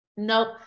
Nope